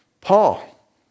Paul